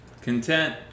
content